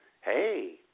Hey